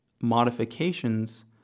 modifications